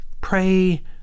Pray